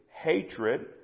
hatred